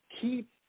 Keep